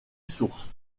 source